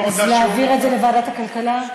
אז להעביר את זה לוועדת הכלכלה?